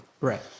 Right